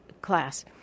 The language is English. class